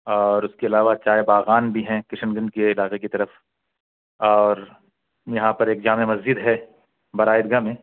اور قلع با چائے باغان بھی ہیں کشن گنج کے علاقہ کی طرف اور یہاں پر ایک جامع مسجد ہے بڑا عید گاہ میں